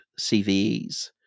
CVEs